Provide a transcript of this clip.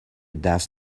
دست